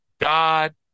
God